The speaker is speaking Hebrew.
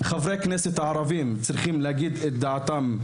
חברי הכנסת הערבים צריכים להשמיע את דעתם,